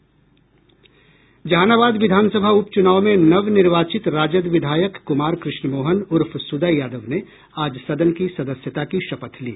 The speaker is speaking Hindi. जहानाबाद विधानसभा उप चुनाव में नवनिर्वाचित राजद विधायक कुमार कृष्णमोहन उर्फ सुदय यादव ने आज सदन की सदस्यता की शपथ ली